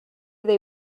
they